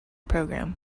program